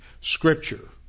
scripture